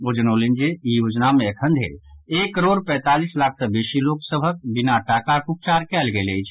ओ जनौलनि जे ई योजना मे अखन धरि एक करोड़ पैंतालीस लाख सँ बेसी लोक सभक बिना टाकाक उपचार कयल गेल अछि